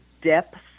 depth